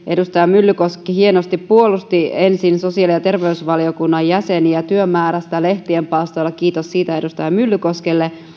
edustaja myllykoski hienosti puolusti ensin sosiaali ja terveysvaliokunnan jäseniä työmäärällä lehtien palstoilla kiitos siitä edustaja myllykoskelle